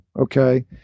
Okay